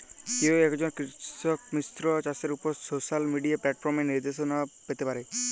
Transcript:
কিভাবে একজন কৃষক মিশ্র চাষের উপর সোশ্যাল মিডিয়া প্ল্যাটফর্মে নির্দেশনা পেতে পারে?